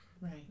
Right